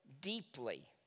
deeply